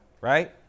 Right